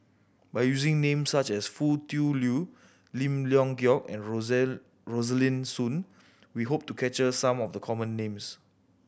by using names such as Foo Tui Liew Lim Leong Geok and Rosaline Soon we hope to capture some of the common names